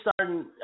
starting